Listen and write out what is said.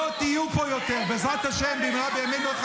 לא תהיו פה יותר, בעזרת השם, במהרה בימינו.